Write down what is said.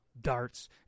Darts